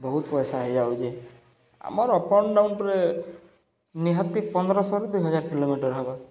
ବହୁତ୍ ପଏସା ହେଇଯାଉଚେ ଆମର୍ ଅପ୍ ଆଣ୍ଡ୍ ଡାଉନ୍ରେ ନିହାତି ପନ୍ଦର ଶହରୁ ଦୁଇ ହଜାର କିଲୋମିଟର୍ ହେବା